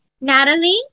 Natalie